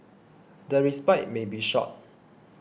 the respite may be short